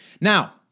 Now